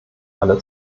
alle